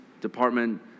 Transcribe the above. department